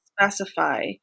specify